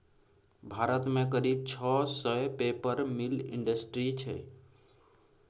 भारत मे करीब छह सय पेपर मिल इंडस्ट्री छै